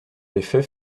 effet